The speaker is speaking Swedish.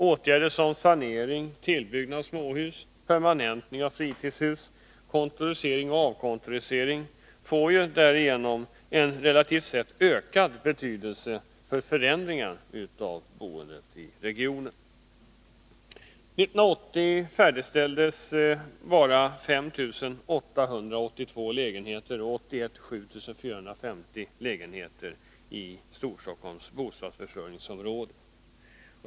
Åtgärder som sanering, tillbyggnad av småhus, permanentning av fritidshus, kontorisering och avkontorisering får därigenom en relativt sett ö'-ad betydelse för förändringen av boendet i regionen. År 1980 färdigställdes bara 5 882 lägenheter och 1981 7 450 lägenheter i Storstockholms bostadsförsörjningsområde.